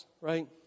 right